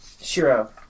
Shiro